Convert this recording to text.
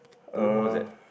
I don't know what was that